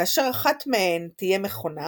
כאשר אחת מהן תהיה מכונה